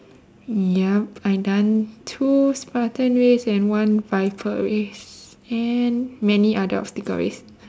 yup I done two spartan race and one viper race and many adults sticker race